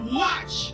watch